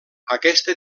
aquesta